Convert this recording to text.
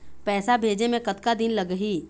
पैसा भेजे मे कतका दिन लगही?